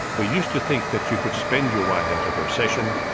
we used to think that you could spend your way out of a recession,